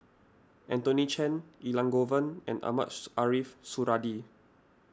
Anthony Chen Elangovan and Mohamed Ariff Suradi